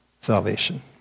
salvation